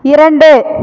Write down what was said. இரண்டு